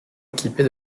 équipées